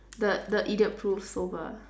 the the idiot proof soba